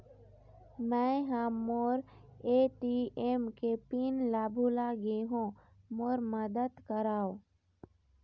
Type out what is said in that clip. मै ह मोर ए.टी.एम के पिन ला भुला गे हों मोर मदद करौ